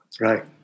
Right